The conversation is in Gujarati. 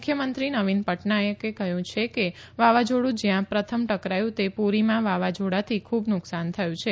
મુખ્યમંત્રી નવીન પટનાઇકે કહ્યું કે વાવાઝોડું જ્યાં પ્રથમ ટકરાયુ તે પૂરીમાં વાવાઝોડાથી ખૂબ નુકસાન થયું છે